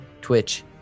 Twitch